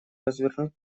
развернуть